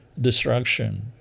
destruction